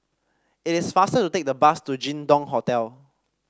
it is faster to take the bus to Jin Dong Hotel